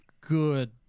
good